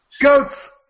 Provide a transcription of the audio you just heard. Goats